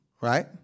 right